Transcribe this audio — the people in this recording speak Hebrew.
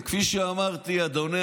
כפי שאמרתי, לאדוני